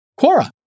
Quora